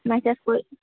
message কৰিম